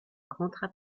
rentrent